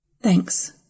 Thanks